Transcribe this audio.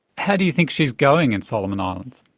how do you think she's going in solomon islands?